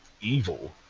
evil